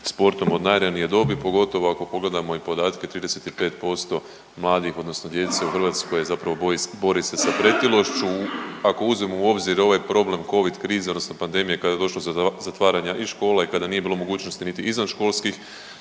sportom od najranije dobi pogotovo ako pogledamo i podatke 35% mladih odnosno djece u Hrvatskoj zapravo bori se sa pretilošću. Ako uzmemo u obzir ovaj problem covid krize odnosno pandemije kada je došlo do zatvaranja i škola i kada nije bilo mogućnosti niti izvanškolskih